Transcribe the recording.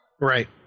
Right